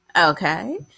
Okay